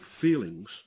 feelings